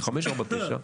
כי 549,